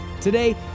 Today